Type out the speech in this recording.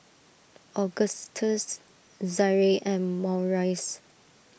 Augustes Zaire and Maurice